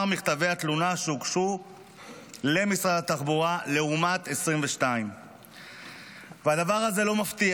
מכתבי התלונה שהוגשו למשרד התחבורה לעומת 2022. הדבר הזה לא מפתיע.